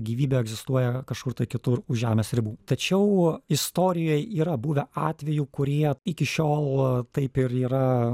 gyvybė egzistuoja kažkur tai kitur už žemės ribų tačiau istorijoj yra buvę atvejų kurie iki šiol taip ir yra